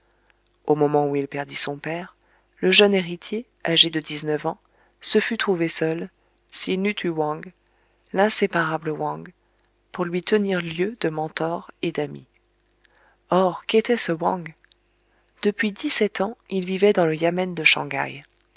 au moment où il perdit son père le jeune héritier âgé de dixneuf ans se fût trouvé seul s'il n'eût eu wang l'inséparable wang pour lui tenir lieu de mentor et d'ami or qu'était ce wang depuis dix-sept ans il vivait dans le yamen de shang haï